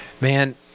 man